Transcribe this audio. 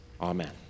Amen